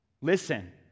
Listen